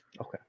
Okay